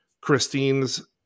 Christine's